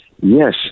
yes